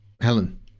helen